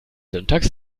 syntax